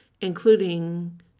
including